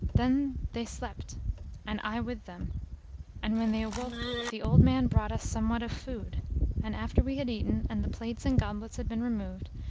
then they slept and i with them and when they awoke the old man brought us somewhat of food and, after we had eaten and the plates and goblets had been removed,